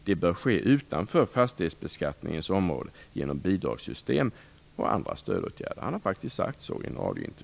Det bör ske utanför fastighetsbeskattningens område genom bidragssystem och andra stödåtgärder.